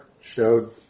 showed